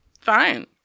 fine